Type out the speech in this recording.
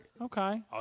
Okay